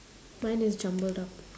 mine is jumbled up